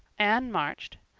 anne marched.